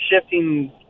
shifting